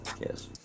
yes